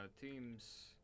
teams